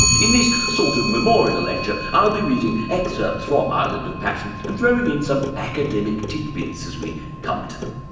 in this sort of memorial lecture, i will be reading excerpts from island of passion and throwing in some academic tidbits as we come to them.